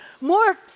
more